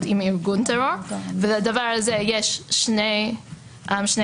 עם ארגון טרור ולדבר הזה יש שני תנאים: